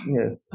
yes